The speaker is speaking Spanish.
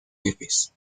jefes